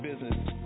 business